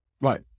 right